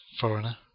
foreigner